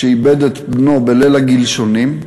שאיבד את בנו בליל הגלשונים.